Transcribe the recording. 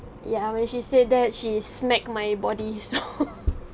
ya when she say that she smacked my body so